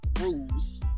rules